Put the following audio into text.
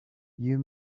you